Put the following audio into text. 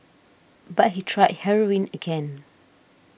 but he tried heroin again